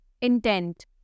intent